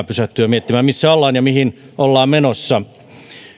pysähtyä miettimään missä ollaan ja mihin ollaan menossa itse